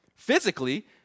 Physically